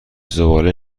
زباله